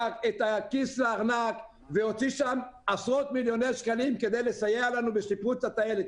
היד לארנק והוציא עשרות מיליוני שקלים כדי לסייע לנו בשיפוץ הטיילת.